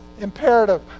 Imperative